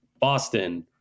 Boston